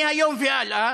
מהיום והלאה,